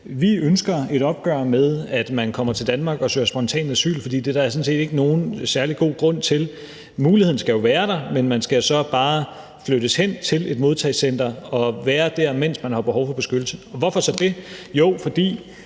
Vi ønsker et opgør med, at man kommer til Danmark og søger spontant asyl, for det er der sådan set ikke nogen særlig god grund til. Muligheden skal jo være der, men man skal altså bare flyttes hen til et modtagecenter og være der, mens man har behov for beskyttelse. Og hvorfor så det? Jo, fordi